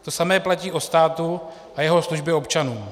To samé platí o státu a jeho službě občanům.